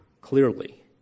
clearly